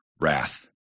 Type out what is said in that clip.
wrath